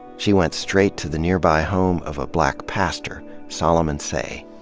she went straight to the nearby home of a black pastor, solomon seay.